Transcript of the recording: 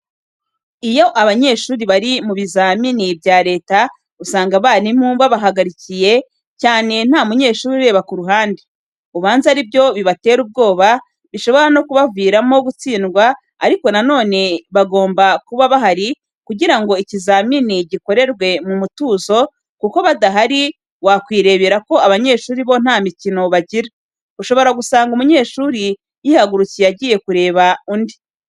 Iyo abanyeshuri bari mu bizamini bya leta usanga abarimu babahagarikiye cyane nta munyeshuri ureba ku ruhande, ubanza ari byo bibatera ubwoba, bishobora no kubaviramo gutsindwa ariko na none bagomba kuba bahari kugira ngo ikizamini gikorerwe mu mutuzo kuko badahari wakwirebera ko abanyeshuri bo nta mikino bagira, ushobora gusanga umunyeshuri yihagurukiye agiye kureba undi.